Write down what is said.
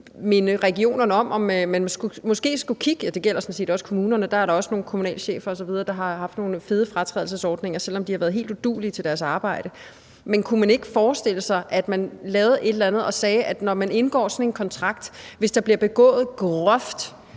minde regionerne om, at de måske skulle kigge på det. Det gælder sådan set også kommunerne; dér er der også nogle kommunalchefer osv., der har haft nogle fede fratrædelsesordninger, selv om de har været helt uduelige til deres arbejde. Men kunne vi ikke forestille os, at vi lavede et eller andet, hvor vi sagde, at hvis man indgår sådan en kontrakt og der bliver begået groft